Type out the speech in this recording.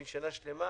שהיא שנה שלימה,